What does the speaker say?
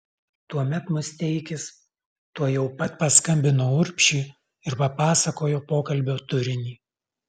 tuomet musteikis tuojau pat paskambino urbšiui ir papasakojo pokalbio turinį